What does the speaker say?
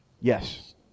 Yes